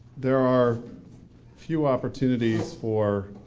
there are few opportunities for